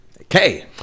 Okay